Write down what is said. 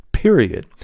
period